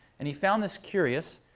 and he found this curious,